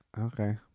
Okay